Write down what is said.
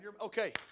Okay